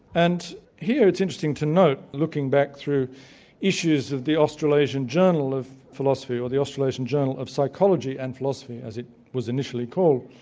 and here it's interesting to note, looking back through issues of the australasian journal of philosophy, or the australasian journal of psychology and philosophy, as it was initially called,